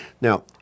Now